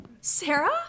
sarah